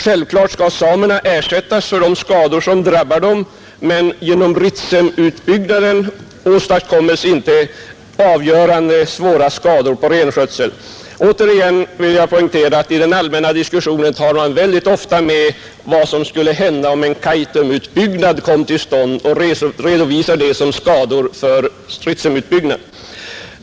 Självfallet skall samerna ersättas för de skador som drabbar dem, men genom Ritsemutbyggnaden åstadkoms inte avgörande svåra skador på renskötseln. Återigen vill jag poängtera att man i den allmänna diskussionen mycket ofta tar med vad som skulle hända om en Kaitumutbyggnad kom till stånd och redovisar det som skador i samband med Ritsemutbyggnaden.